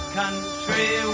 country